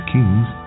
Kings